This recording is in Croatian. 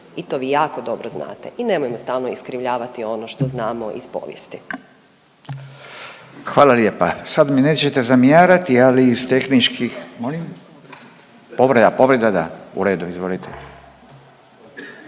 i to vi jako dobro znate i nemojmo stalno iskrivljavati ono što znamo iz povijesti. **Radin, Furio (Nezavisni)** Hvala lijepa. Sad mi nećete zamjarati, ali iz tehničkih… Molim? Povreda, povreda da. U redu, izvolite.